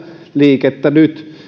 liikettä nyt